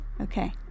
Okay